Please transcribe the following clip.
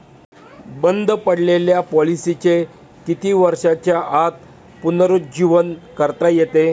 बंद पडलेल्या पॉलिसीचे किती वर्षांच्या आत पुनरुज्जीवन करता येते?